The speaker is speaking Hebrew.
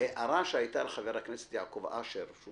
ההערה שהייתה לחבר הכנסת יעקב אשר כשהוא